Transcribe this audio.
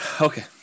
okay